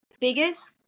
biggest